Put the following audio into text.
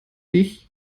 dich